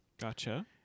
Gotcha